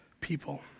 people